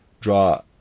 draw